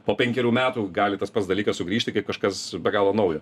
po penkerių metų gali tas pats dalykas sugrįžti kaip kažkas be galo naujo